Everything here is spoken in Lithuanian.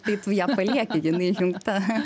tai tu ją palieki jinai įjungta